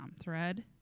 thread